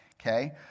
Okay